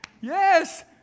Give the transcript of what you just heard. yes